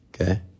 Okay